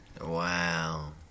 wow